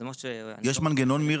יש מנגנון לגבי